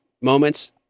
moments